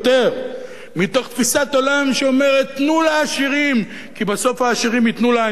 מתוך תפיסת עולם שאומרת: תנו לעשירים כי בסוף העשירים ייתנו לעניים.